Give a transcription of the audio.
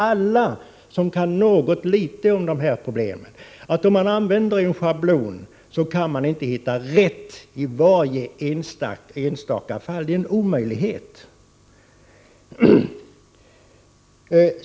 Alla som kan något litet om dessa problem vet att om man använder en schablon, kan man inte hitta rätt i varje enstaka fall — det är en omöjlighet.